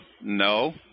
no